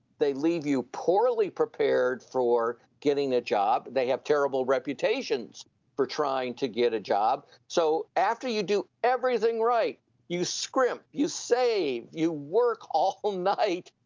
they leave you poorly-prepared for getting that job. they have terrible reputations for trying to get a job. so after you do everything right you scrimp, you save, you work all night.